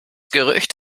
gerücht